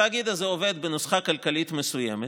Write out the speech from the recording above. התאגיד הזה עובד בנוסחה כלכלית מסוימת,